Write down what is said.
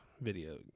video